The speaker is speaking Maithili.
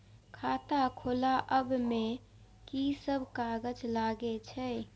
खाता खोलाअब में की सब कागज लगे छै?